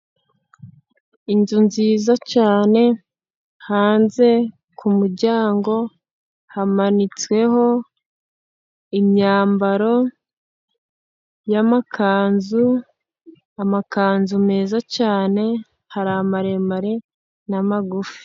Inzu nziza cyane hanze ku muryango hamanitseho imyambaro y'amakanzu, amakanzu meza cyane hari amaremare n'amagufi.